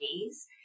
days